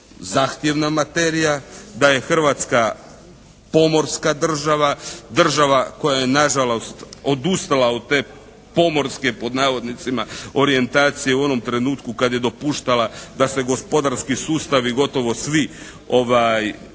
izuzetno materija, da je Hrvatska pomorska država, država koja je na žalost odustala od te pomorske pod navodnicima orijentacije u onom trenutku kad je dopuštala da se gospodarski sustavi gotovo svi